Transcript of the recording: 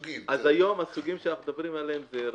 היום הסוגים שאנחנו מדברים עליהם זה רכינוע,